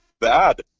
bad